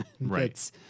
Right